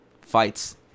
fights